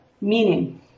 meaning